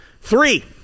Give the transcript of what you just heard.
Three